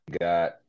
got